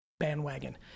bandwagon